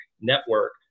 Network